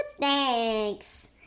Thanks